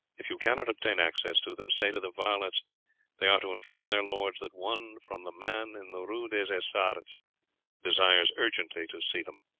if you cannot obtain access to them, say to the varlets that they are to inform their lords that one from the man in the rue des essarts desires urgently to see them,